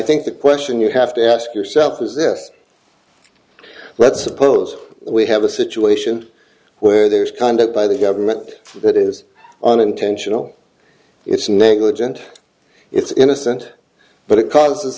think the question you have to ask yourself is this let's suppose we have a situation where there's conduct by the government that is an intentional it's negligent it's innocent but it causes